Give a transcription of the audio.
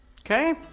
okay